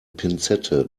pinzette